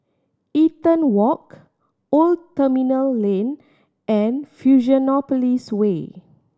Eaton Walk Old Terminal Lane and Fusionopolis Way